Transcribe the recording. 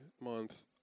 Month